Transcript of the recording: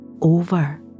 over